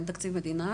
אין תקציב מדינה,